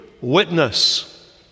witness